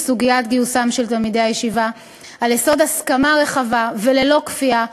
סוגיית גיוסם של תלמידי הישיבה על יסוד הסכמה רחבה וללא כפייה,